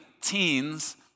teens